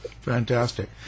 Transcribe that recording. Fantastic